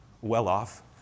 well-off